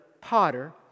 potter